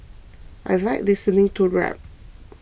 I like listening to rap